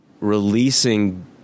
releasing